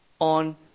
on